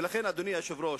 ולכן, אדוני היושב-ראש,